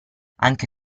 anche